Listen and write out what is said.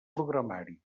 programari